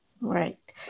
Right